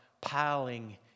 piling